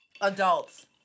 Adults